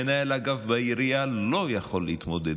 מנהל אגף בעירייה לא יכול להתמודד,